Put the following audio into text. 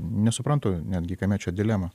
nesuprantu netgi kame čia dilema